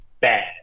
bad